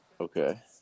Okay